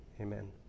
Amen